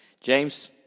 James